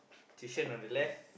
on the left